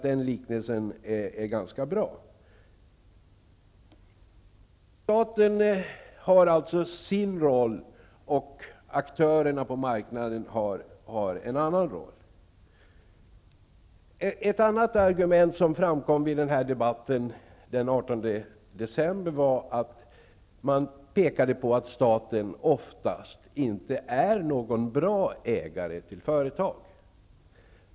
Den liknelsen är bra. Staten har sin roll, och aktörerna på marknaden har en annan roll. Ett annat argument som framkom vid debatten den 18 december var att staten oftast inte är någon bra ägare till företag.